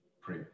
pray